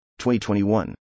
2021